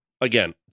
again